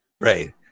Right